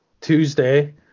Tuesday